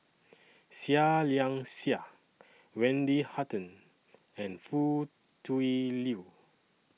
Seah Liang Seah Wendy Hutton and Foo Tui Liew